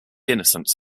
innocence